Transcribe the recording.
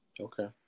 Okay